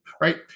right